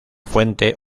fuente